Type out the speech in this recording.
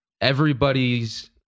everybody's